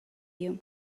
you